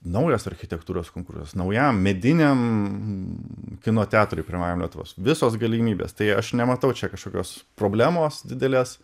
naujas architektūros konkursas naujam mediniam kino teatrui pirmajam lietuvos visos galimybės tai aš nematau čia kažkokios problemos didelės